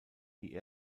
die